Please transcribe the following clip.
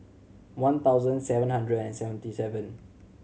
one thousand seven hundred and seventy seven